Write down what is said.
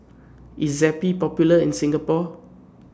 IS Zappy Popular in Singapore